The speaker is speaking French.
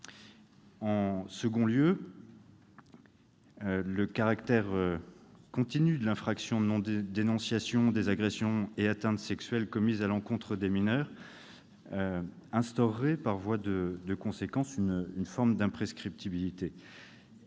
le texte affirme le caractère continu de l'infraction de non-dénonciation des agressions et atteintes sexuelles commises à l'encontre de mineurs et instaure ainsi une forme d'imprescriptibilité.